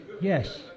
Yes